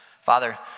Father